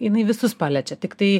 jinai visus paliečia tiktai